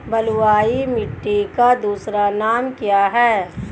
बलुई मिट्टी का दूसरा नाम क्या है?